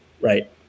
Right